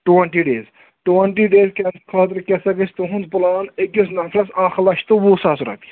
twenty days twenty days کینٛہہ خٲطرٕ کیٛاہ سا گژھِ تُہُنٛد پٕلان أکِس نفرَس اَکھ لَچھ تہٕ وُہ ساس رۄپیہِ